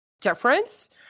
difference